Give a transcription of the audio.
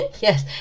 Yes